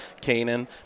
Canaan